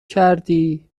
کردی